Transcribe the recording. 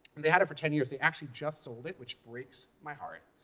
and they had it for ten years. they actually just sold it, which breaks my heart,